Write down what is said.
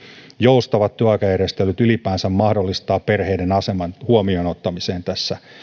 joustavat työaikajärjestelyt ylipäänsä mahdollistavat perheiden aseman huomioon ottamisen tässä